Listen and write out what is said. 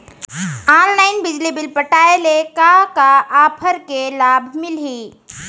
Online बिजली bill पटाय ले का का ऑफ़र के लाभ मिलही?